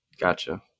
gotcha